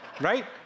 Right